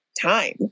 time